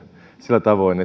sillä tavoin